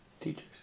Teachers